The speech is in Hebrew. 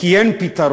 כי אין פתרון,